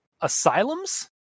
asylums